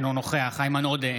אינו נוכח איימן עודה,